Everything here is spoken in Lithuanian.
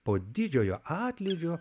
po didžiojo atlydžio